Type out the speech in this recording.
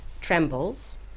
trembles